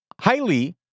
highly